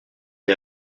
les